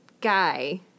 guy